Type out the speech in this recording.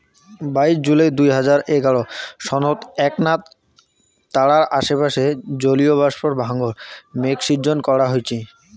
বাইশ জুলাই দুই হাজার এগারো সনত এ্যাকনা তারার আশেপাশে জলীয়বাষ্পর ডাঙর মেঘ শিজ্জন করা হইচে